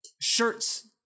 Shirts